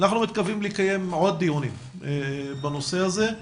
אנחנו מתכוונים לקיים עוד דיונים בנושא הזה,